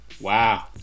Wow